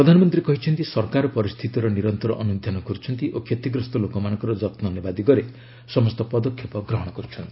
ପ୍ରଧାନମନ୍ତ୍ରୀ କହିଛନ୍ତି ସରକାର ପରିସ୍ଥିତିର ନିରନ୍ତର ଅନୁଧ୍ୟାନ କରୁଛନ୍ତି ଓ କ୍ଷତିଗ୍ରସ୍ତ ଲୋକମାନଙ୍କର ଯତ୍ନ ନେବା ଦିଗରେ ସମସ୍ତ ପଦକ୍ଷେପ ଗ୍ରହଣ କରୁଛନ୍ତି